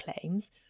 claims